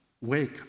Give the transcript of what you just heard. wake